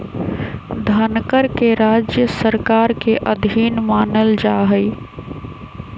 धनकर के राज्य सरकार के अधीन मानल जा हई